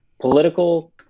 political